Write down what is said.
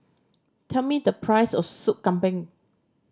tell me the price of Sup Kambing